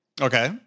Okay